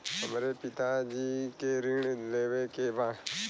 हमरे पिता जी के ऋण लेवे के बा?